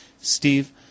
Steve